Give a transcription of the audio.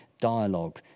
dialogue